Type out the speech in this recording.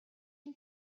энэ